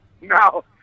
No